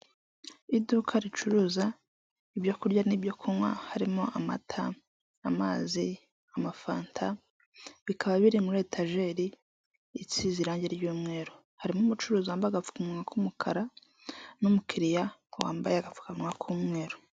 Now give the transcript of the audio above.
Iduka ricuruza ibyo kurya n'ibyo kunywa harimo amata, amazi, amafanta, bikaba biri muri etajeri isize irange ry'umweru, harimo umucuruzi wambaye agapfukamunwa k'umukara n'umukiriya wambaye agapfukamunwa k'umweru.